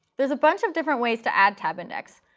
there's a bunch of different ways to add tabindex,